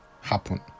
happen